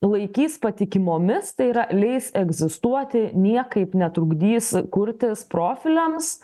laikys patikimomis tai yra leis egzistuoti niekaip netrukdys kurtis profiliams